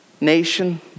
nation